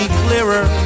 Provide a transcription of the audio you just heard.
clearer